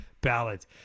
ballot